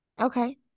okay